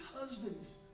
husbands